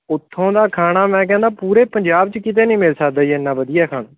ਉੱਥੋਂ ਦਾ ਖਾਣਾ ਮੈਂ ਕਹਿੰਦਾ ਪੂਰੇ ਪੰਜਾਬ 'ਚ ਕਿਤੇ ਨਹੀਂ ਮਿਲ ਸਕਦਾ ਜੀ ਇੰਨਾ ਵਧੀਆ ਖਾਣਾ